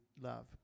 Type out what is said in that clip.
love